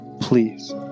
Please